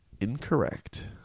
incorrect